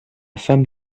femme